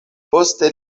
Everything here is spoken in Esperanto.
poste